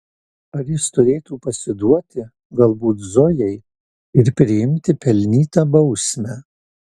ar jis turėtų pasiduoti galbūt zojai ir priimti pelnytą bausmę